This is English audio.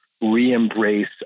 re-embrace